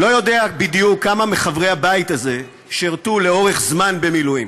אני לא יודע בדיוק כמה מחברי הבית הזה שירתו לאורך זמן במילואים.